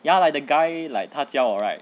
ya like the guy like 他教我 right